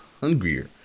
hungrier